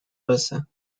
versa